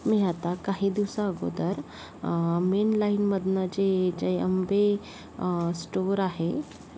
मी आता काही दिवसा अगोदर मेनलाईनमधलं जे जय अंबे स्टोर आहे